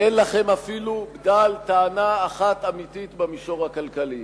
כי אין לכם אפילו בדל טענה אחת אמיתית במישור הכלכלי.